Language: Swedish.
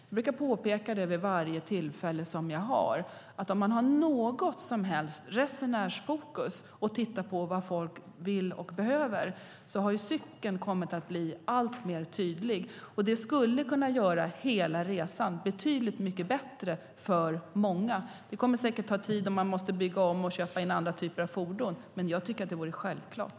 Jag brukar påpeka vid varje tillfälle som jag har att om man har något som helst resenärsfokus och tittar på vad folk vill och behöver har cykeln kommit att bli alltmer tydlig. Och det skulle kunna göra hela resan betydligt mycket bättre för många om det gick att ta med sig cykeln. Det kommer säkert att ta tid, och man måste bygga om och köpa in andra typer av fordon, men jag tycker att det skulle vara självklart.